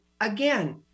again